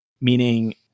meaning